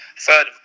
Third